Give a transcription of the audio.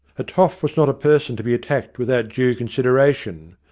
a toff was not a person to be attacked without due considera tion.